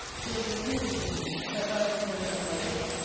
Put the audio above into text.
till it was hinted to him, that that was no doubt my wish,